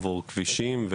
כבישים,